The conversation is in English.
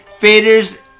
Faders